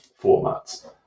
formats